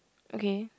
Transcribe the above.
okay